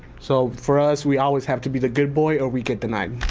so for us, we always have to be the good boy or we get denied,